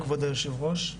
כבוד היו"ר.